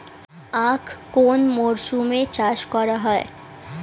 আখ কোন মরশুমে চাষ করা হয়?